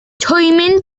twymyn